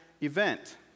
event